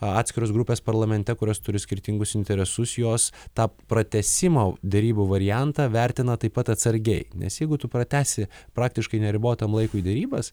atskiros grupės parlamente kurios turi skirtingus interesus jos tą pratęsimo derybų variantą vertina taip pat atsargiai nes jeigu tu pratęsi praktiškai neribotam laikui derybas